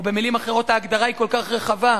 או במלים אחרות: ההגדרה היא כל כך רחבה,